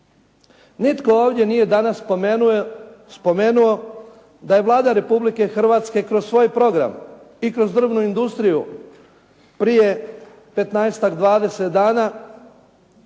Nitko ovdje nije danas spomenuo da je Vlada Republike Hrvatske kroz svoj program i kroz drvnu industriju prije 15-tak,